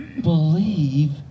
believe